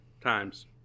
times